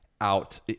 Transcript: out